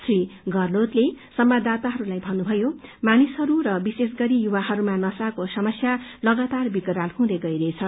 श्री गहतोतले संवाददाताहस्लाई भन्नुषयो मानिसहरू र विश्वेष गरी युवाहरूमा नशाको समस्या लगातार विकराल हुँदै गइरहेछ